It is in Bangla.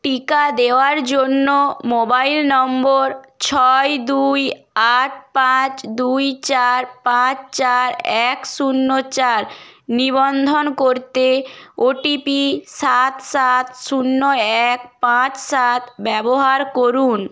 টিকা দেওয়ার জন্য মোবাইল নম্বর ছয় দুই আট পাঁচ দুই চার পাঁচ চার এক শূন্য চার নিবন্ধন করতে ওটিপি সাত সাত শূন্য এক পাঁচ সাত ব্যবহার করুন